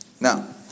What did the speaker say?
Now